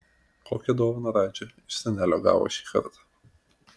kokią dovaną radži iš senelio gavo šį kartą